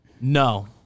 No